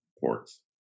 ports